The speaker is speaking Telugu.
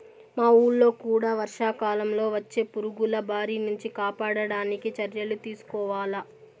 మా వూళ్ళో కూడా వర్షాకాలంలో వచ్చే పురుగుల బారి నుంచి కాపాడడానికి చర్యలు తీసుకోవాల